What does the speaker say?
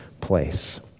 place